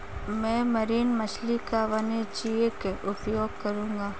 मैं मरीन मछली का वाणिज्यिक उपयोग करूंगा